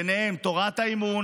ביניהם תורת האימון,